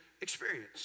experience